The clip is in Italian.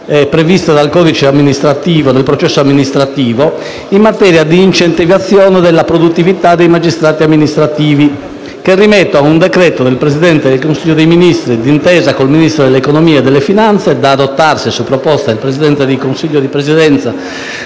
previste dal codice del processo amministrativo, in materia di incentivazione della produttività dei magistrati amministrativi, che rimette ad un decreto del Presidente del Consiglio dei ministri, d'intesa con il Ministro dell'economia e delle finanze, da adottarsi su proposta del presidente del consiglio di presidenza